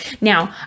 Now